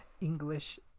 English